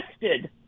tested